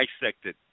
dissected